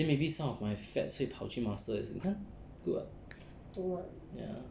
then maybe some of my fats 会跑去 muscles 也是你看 ya